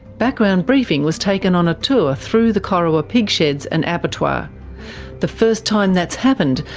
background briefing was taken on a tour through the corowa pig sheds and abattoir the first time that's happened,